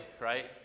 right